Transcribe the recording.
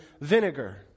vinegar